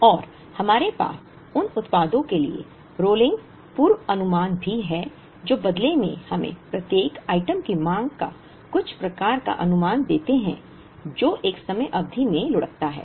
और हमारे पास उन उत्पादों के लिए रोलिंग पूर्वानुमान भी है जो बदले में हमें प्रत्येक आइटम की मांग का कुछ प्रकार का अनुमान देते हैं जो एक समय अवधि में लुढ़कता है